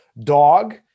dog